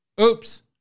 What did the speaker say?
Oops